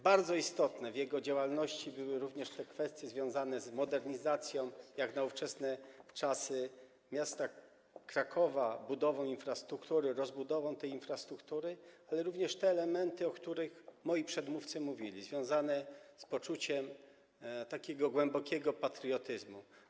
Bardzo istotne w jego działalności były kwestie związane z modernizacją, jak na ówczesne czasy, miasta Krakowa, budową infrastruktury, rozbudową tej infrastruktury, ale również te elementy, o których moi przedmówcy już mówili, związane z poczuciem głębokiego patriotyzmu.